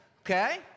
Okay